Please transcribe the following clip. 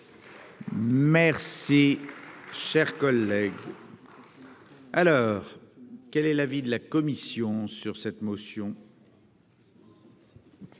Merci, cher collègue. à l'heure, quel est l'avis de la commission sur cette motion.